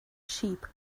sheep